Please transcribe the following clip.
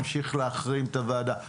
ממשיך להחרים את הוועדה.